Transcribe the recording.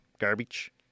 garbage